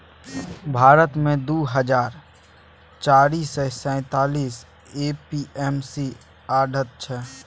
भारत मे दु हजार चारि सय सैंतालीस ए.पी.एम.सी आढ़त छै